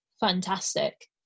fantastic